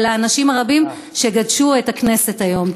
ולאנשים הרבים שגדשו את הכנסת היום.